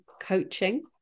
coaching